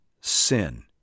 sin